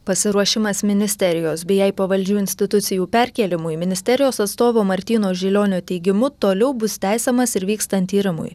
pasiruošimas ministerijos bei jai pavaldžių institucijų perkėlimu į ministerijos atstovo martyno žilionio teigimu toliau bus tęsiamas ir vykstant tyrimui